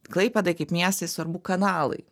klaipėdai kaip miestui svarbu kanalai